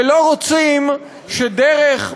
ולא רוצים שדרך,